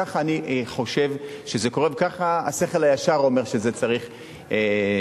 ככה אני חושב שזה קורה וככה השכל הישר אומר שזה צריך לפעול.